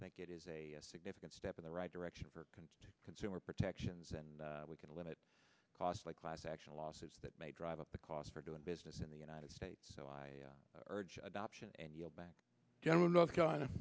think it is a significant step in the right direction for consumer protections and we can limit costs like class action lawsuits that may drive up the cost for doing business in the united states so i urge adoption and you know back general north carolina